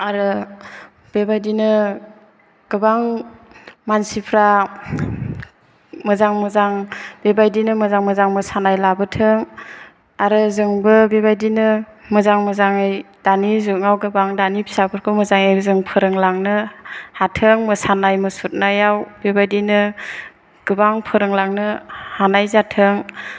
आरो बेबायदिनो गोबां मानसिफ्रा मोजां मोजां बेबायदिनो मोजां मोजां मोसानाय लाबोथों आरो जोंबो बेबायदिनो मोजां मोजाङै दानि जुगाव गोबां दानि जुगाव फिसाफोरखौ मोजाङै फोरोंलांनो हाथों मोसानाय मुसुरनायाव बेबायदिनो गोबां फोरोंलांनो हानाय जाथों